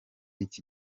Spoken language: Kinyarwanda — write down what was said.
iki